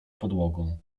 podłogą